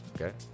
Okay